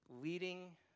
leading